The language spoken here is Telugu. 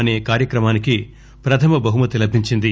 అసే కార్యక్రమానికి ప్రథమ బహుమతి లభించింది